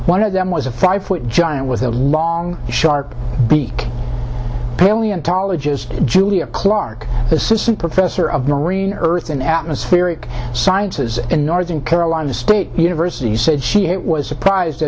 one of them was a five foot giant with a long sharp beak paleontologist julia clarke assistant professor of marine earth and atmospheric sciences in northern carolina state university said she it was surprised